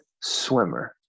Swimmer